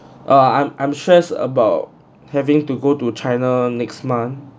err I'm I'm stressed about having to go to china next month